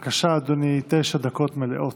בבקשה, אדוני, תשע דקות מלאות.